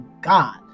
God